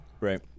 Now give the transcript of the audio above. Right